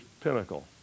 pinnacle